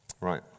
Right